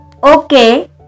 Okay